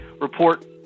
report